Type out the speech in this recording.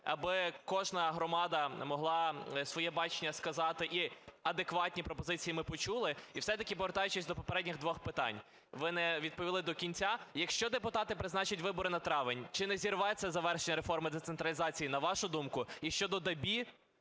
аби кожна громада могла своє бачення сказати і адекватні пропозиції ми почули? І все таки, повертаючись до попередніх двох питань. Ви не відповіли до кінця. Якщо депутати призначать вибори на травень, чи не зірветься завершення реформи децентралізації, на вашу думку? І щодо ДАБІ,